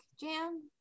jam